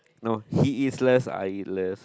no he eats less I eat less